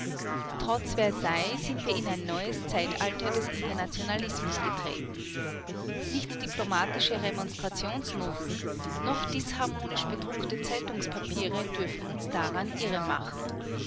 trotz versailles sind wir in ein neues zeitalter des internationalismus getreten nicht diplomatische remonstrationsnoten noch disharmonisch bedruckte zeitungspapiere dürfen uns daran